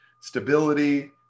Stability